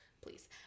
Please